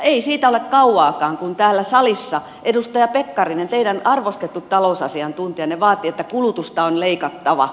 ei siitä ole kauaakaan kun täällä salissa edustaja pekkarinen teidän arvostettu talousasiantuntijanne vaati että kulutusta on leikattava